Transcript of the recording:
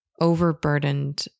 overburdened